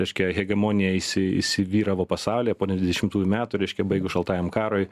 reiškia hegemonija įsi įsivyravo pasaulio po ne devyniasdešimtųjų metų reiškia baigus šaltajam karui